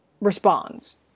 responds